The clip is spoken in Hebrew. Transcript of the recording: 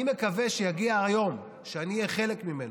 אני מקווה שיגיע היום, ואני אהיה חלק ממנו,